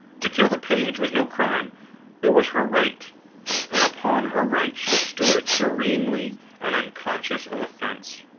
to kill the page was no crime it was her right and upon her right she stood, serenely and unconscious of offense.